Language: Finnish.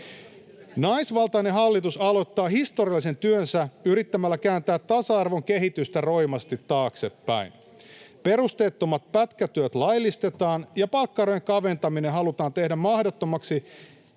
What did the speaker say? Naisvaltainen hallitus aloittaa historiallisen työnsä yrittämällä kääntää tasa-arvon kehitystä roimasti taaksepäin. Perusteettomat pätkätyöt laillistetaan ja palkkaerojen kaventaminen halutaan tehdä mahdottomaksi